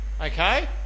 Okay